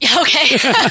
Okay